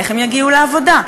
איך הם יגיעו לעבודה?